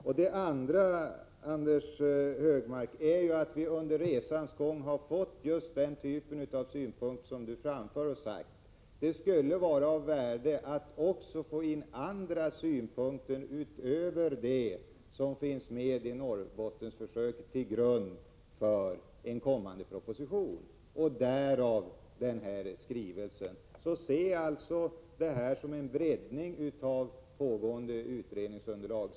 För det andra har vi under resans gång inhämtat just den typ av synpunkter som Anders G Högmark här talar om. Det skulle vara av värde att också inhämta andra synpunkter — jag bortser alltså från de synpunkter som gäller Norrbottensförsöket — när det gäller att lägga grunden till en kommande proposition. Det är detta som föranlett skrivelsen i fråga. Se alltså det här som en breddning av det arbete som pågår när det gäller utredningsunderlaget!